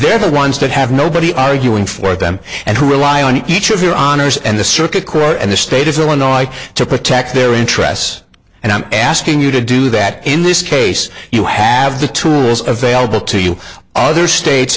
they're the ones that have nobody arguing for them and to rely on each of your honor's and the circuit court and the state is illinois to protect their interests and i'm asking you to do that in this case you have the tools available to you other states